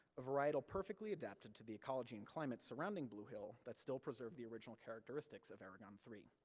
a varietal perfectly adapted to the ecology and climate surrounding blue hill, that still preserved the original characteristics of aragon three.